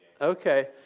Okay